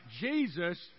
Jesus